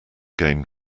gain